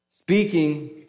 Speaking